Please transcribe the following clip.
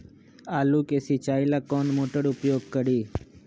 आलू के सिंचाई ला कौन मोटर उपयोग करी?